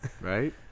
Right